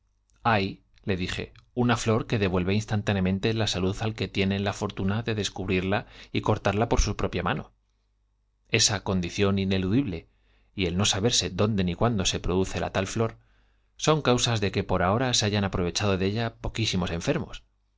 hay le dije una flor que devuelve instan táneamente la salud al tiene la fortuna de descu qúe brirla y cortarla por su propia mano esta condición ineludible y el no saberse dónde ni cuándo se pro duce la tal flor son causa de que por ahora se hayan aprovechado de ella poquísimos enfermos